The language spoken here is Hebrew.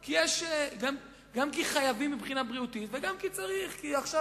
כי חייבים מבחינה בריאותית, וגם כי עכשיו